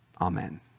Amen